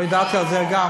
לא ידעתי על זה גם.